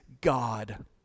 god